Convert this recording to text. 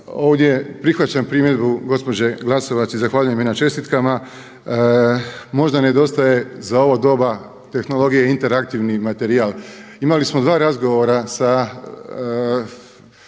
ovdje prihvaćam primjedbu gospođe Glasovac i zahvaljujem joj na čestitkama. Možda nedostaje za ovo doba tehnologije interaktivni materijal. Imali smo dva razgovora sa